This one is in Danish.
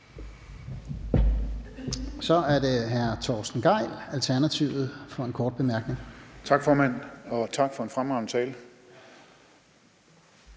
Så er det hr. Torsten Gejl, Alternativet, for en kort bemærkning. Kl. 14:51 Torsten Gejl (ALT): Tak, formand, og tak for en fremragende tale,